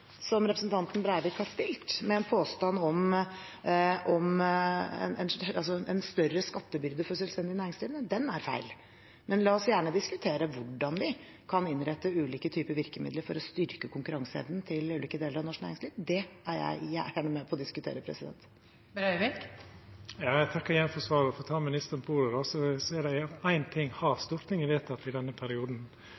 som representanten Breivik har stilt: Påstanden om en større skattebyrde for selvstendig næringsdrivende er feil. Men la oss gjerne diskutere hvordan vi kan innrette ulike typer virkemidler for å styrke konkurranseevnen til ulike deler av norsk næringsliv. Det er jeg gjerne med på å diskutere. Eg takkar igjen for svaret. Og for å ta ministeren på ordet så er det éin ting Stortinget har